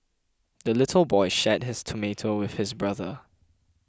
the little boy shared his tomato with his brother